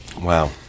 Wow